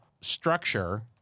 structure